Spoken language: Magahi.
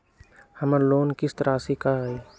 हमर लोन किस्त राशि का हई?